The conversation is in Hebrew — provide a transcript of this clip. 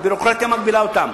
הביורוקרטיה מגבילה אותם.